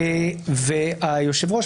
היושב-ראש,